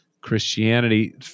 Christianity